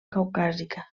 caucàsica